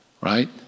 right